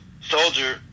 Soldier